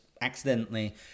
accidentally